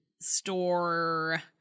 Store